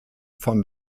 von